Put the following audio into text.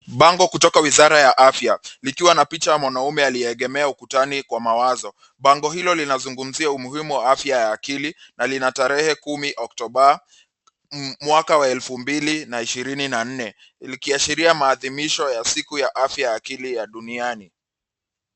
Bango kutoka wizara ya afya likiwa na picha ya mwanaume aliyeegemea ukutani kwa mawazo. Bango hilo linazungumzia umuhimu wa afya ya akili na lina tarehe kumi Oktoba mwaka wa elfu mbili na ishirini na nne likiashiria maadhimisho ya siku ya afya ya akili ya duniani.